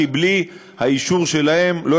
הכוח שלהן בגיל 17 יותר נמוך מאשר הכוח הכללי שלהם בציבור.